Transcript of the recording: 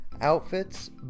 outfits